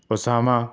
Usama